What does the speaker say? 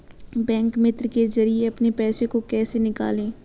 Bank मित्र के जरिए अपने पैसे को कैसे निकालें?